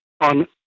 on